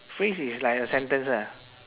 phrase is like a sentence ah